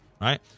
right